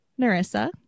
narissa